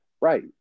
Right